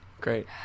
Great